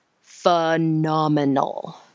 phenomenal